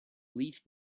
leaf